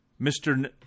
Mr